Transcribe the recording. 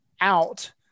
out